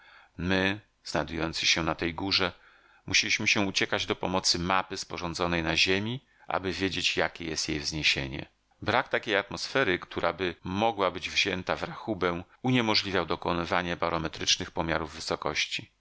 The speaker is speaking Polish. my znajdując się na tej górze musieliśmy się uciekać do pomocy mapy sporządzonej na ziemi aby wiedzieć jakie jest jej wzniesienie brak takiej atmosfery któraby mogła być wzięta w rachubę uniemożliwiał dokonywanie barometrycznych pomiarów wysokości